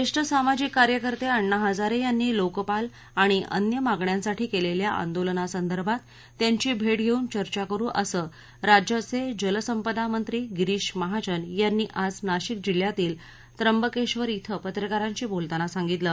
जेष्ठ सामाजिक कार्यकर्ते आण्णा हजारे यांनी लोकपाल आणि अन्य मागण्यांसाठी केलेल्या आंदोलनासंदर्भात त्यांची भेट घेऊन चर्चा करू असं राज्याचे जलसंपदा मंत्री गिरीश महाजन यांनी आज नाशिक जिल्ह्यातील त्र्यंबकेश्वर इथं पत्रकारांशी बोलताना सांगितलं